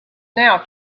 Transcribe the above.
now